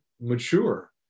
mature